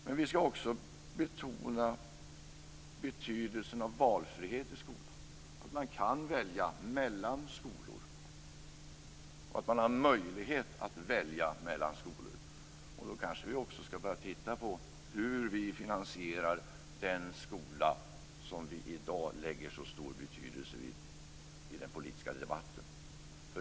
Men vi skall också betona betydelsen av valfrihet i skolan, av att man kan välja mellan skolor, av att man har möjlighet att välja mellan skolor. Då kanske vi också skall börja titta på hur vi finansierar den skola som vi i dag lägger så stor betydelse vid i den politiska debatten.